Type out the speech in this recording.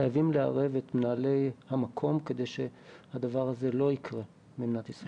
חייבים לערב את מנהלי המקום כדי שהדבר הזה לא יקרה במדינת ישראל.